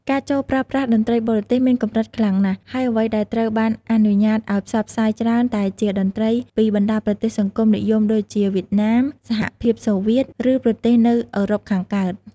ការចូលប្រើប្រាស់តន្ត្រីបរទេសមានកម្រិតខ្លាំងណាស់ ហើយអ្វីដែលត្រូវបានអនុញ្ញាតឱ្យផ្សព្វផ្សាយច្រើនតែជាតន្ត្រីពីបណ្ដាប្រទេសសង្គមនិយមដូចជា វៀតណាម សហភាពសូវៀត ឬប្រទេសនៅអឺរ៉ុបខាងកើត។